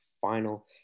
final